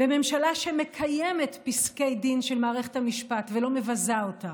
בממשלה שמקיימת פסקי דין של מערכת המשפט ולא מבזה אותה,